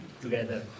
together